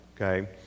okay